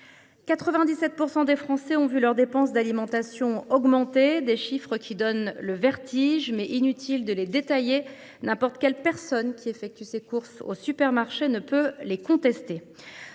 97 % des Français qui ont vu leurs dépenses d’alimentation augmenter. Ces chiffres donnent le vertige, mais il est inutile de les détailler : n’importe quelle personne qui effectue ses courses au supermarché ne peut pas les contester.